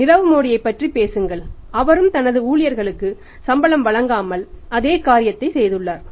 நீரவ் மோடியைப் பற்றி பேசுங்கள் அவரும் தனது ஊழியர்களுக்கு சம்பளம் வழங்காமல் அதே காரியத்தைச் செய்துள்ளார்